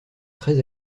très